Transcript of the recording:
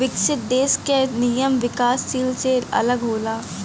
विकसित देश क नियम विकासशील से अलग होला